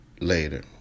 later